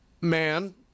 man